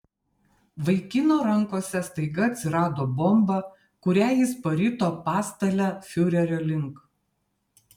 vaikino rankose staiga atsirado bomba kurią jis parito pastale fiurerio link